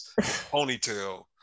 ponytail